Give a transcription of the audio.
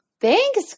thanks